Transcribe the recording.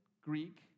Greek